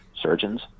surgeons